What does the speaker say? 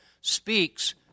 speaks